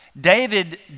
David